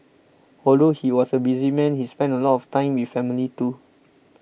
although he was a busy man he spent a lot of time with family too